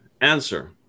answer